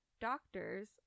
doctor's